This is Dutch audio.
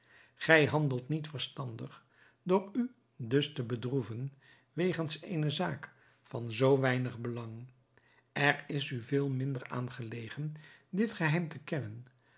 gij handelt niet verstandig door u dus te bedroeven wegens eene zaak van zoo weinig belang er is u veel minder aan gelegen dit geheim te kennen